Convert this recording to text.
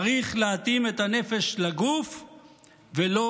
צריך להתאים את הנפש לגוף ולא,